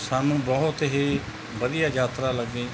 ਸਾਨੂੰ ਬਹੁਤ ਹੀ ਵਧੀਆ ਯਾਤਰਾ ਲੱਗੀ